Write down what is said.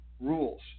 rules